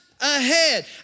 ahead